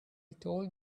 told